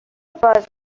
باز